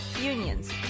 unions